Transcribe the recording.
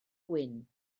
gwyn